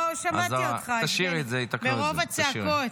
לא שמעתי אותך מרוב הצעקות.